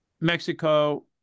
Mexico